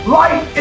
life